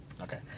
Okay